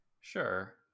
Sure